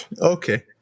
Okay